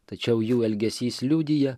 tačiau jų elgesys liudija